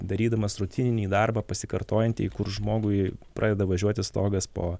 darydamas rutininį darbą pasikartojantį kur žmogui pradeda važiuoti stogas po